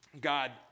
God